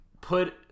put